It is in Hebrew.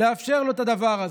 לאפשר לו את הדבר הזה.